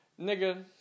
Nigga